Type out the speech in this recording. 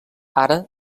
ara